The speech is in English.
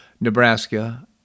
Nebraska